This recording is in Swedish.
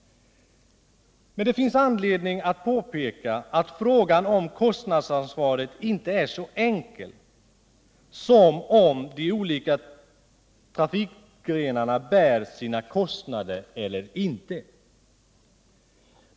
Men det finns anledning att påpeka att frågan om kostnadsansvaret inte är så enkel att den bara gäller om de olika trafikgrenarna bär sina kostnader eller inte.